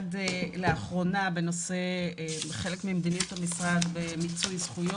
לאחרונה, חלק ממדיניות המשרד במיצוי זכויות,